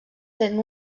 tenen